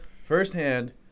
firsthand